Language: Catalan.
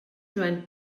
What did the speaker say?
joan